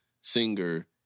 singer